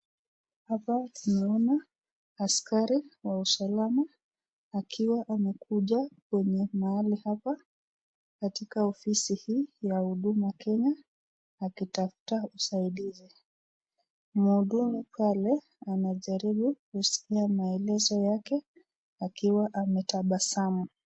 Hapa tunaona askari wa usalama akiwa amekuja kwenye mahali hapa, katika ofisi hii ya huduma Kenya akitafuta usaidi, mhudumu anajaribu kuskiza maelezo yake, akiwa ametabasamu.